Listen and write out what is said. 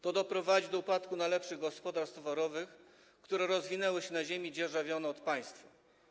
To doprowadzi do upadku najlepszych gospodarstw towarowych, które rozwinęły się na ziemi dzierżawionej od państwa.